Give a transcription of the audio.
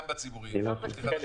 גם בציבורי אי אפשר.